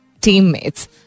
teammates